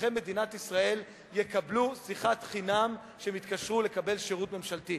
אזרחי מדינת ישראל יקבלו שיחת חינם כשהם יתקשרו לקבל שירות ממשלתי.